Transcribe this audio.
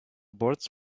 birds